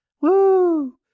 woo